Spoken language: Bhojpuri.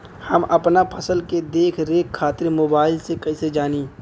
हम अपना फसल के देख रेख खातिर मोबाइल से कइसे जानी?